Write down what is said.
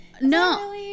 No